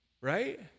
Right